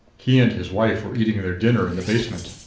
he and his wife were eating their dinner in the basement.